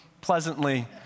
pleasantly